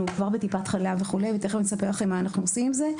כבר בטיפת חלב וכו' ותכף אני אספר לכם מה אנחנו עושים עם זה,